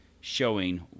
showing